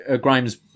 grimes